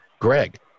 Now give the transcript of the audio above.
greg